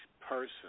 person